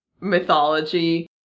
mythology